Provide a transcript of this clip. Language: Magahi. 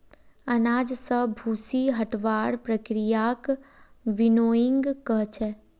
अनाज स भूसी हटव्वार प्रक्रियाक विनोइंग कह छेक